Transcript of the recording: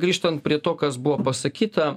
grįžtant prie to kas buvo pasakyta